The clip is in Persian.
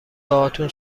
باهاتون